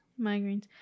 Migraines